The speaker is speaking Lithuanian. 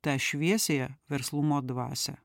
tą šviesiąją verslumo dvasią